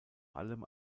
allem